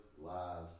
lives